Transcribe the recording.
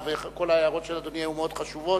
וכל ההערות של אדוני היו מאוד חשובות.